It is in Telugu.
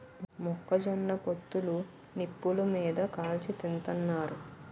మొక్క జొన్న పొత్తులు నిప్పులు మీది కాల్చి తింతన్నారు